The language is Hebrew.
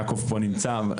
יעקב נמצא פה.